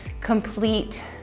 complete